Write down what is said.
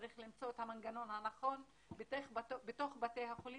צריך למצוא את המנגנון הנכון בתוך בתי החולים,